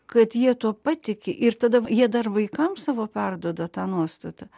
kad jie tuo patiki ir tada jie dar vaikams savo perduoda tą nuostatą